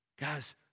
Guys